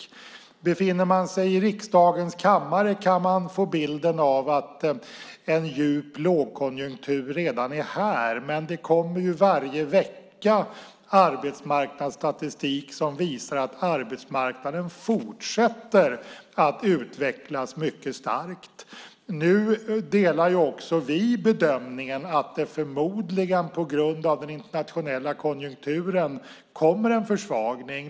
Om man befinner sig i riksdagens kammare kan man få bilden att en djup lågkonjunktur redan är här, men det kommer varje vecka arbetsmarknadsstatistik som visar att arbetsmarknaden fortsätter att utvecklas mycket starkt. Nu delar också vi bedömningen att det förmodligen, på grund av den internationella konjunkturen, kommer en försvagning.